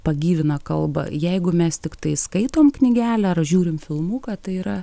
pagyvina kalbą jeigu mes tiktai skaitom knygelę ar žiūrim filmuką tai yra